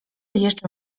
jeszcze